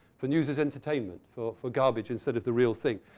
for news as entertainment, for for garbage instead of the real thing.